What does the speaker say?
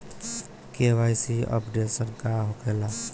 KYC updation का होखेला?